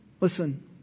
Listen